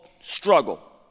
struggle